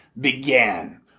began